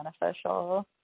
beneficial